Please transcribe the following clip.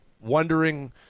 wondering